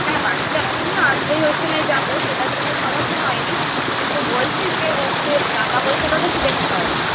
হ্যাঁ বাড়িতে আসুন না আসলেই হচ্ছে না হয় যাব সেটার জন্য সমস্যা হয় নি কিন্তু বলছি যে হচ্ছে টাকা পয়সাটা তো একটু দেখতে হবে